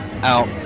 out